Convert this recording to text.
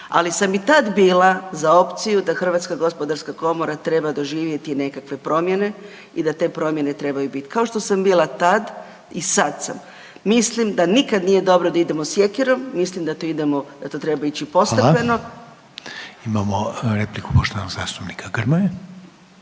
Ali sam i tad bila za opciju da HGK treba doživjeti nekakve promjene i da te promjene trebaju biti. Kao što sam bila tad i sad sam. Mislim da nikad nije dobro da idemo sjekirom, mislim da to idemo, da to treba ići …/Upadica: Hvala./…